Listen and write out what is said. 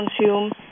consume